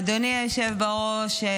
אדוני היושב בראש,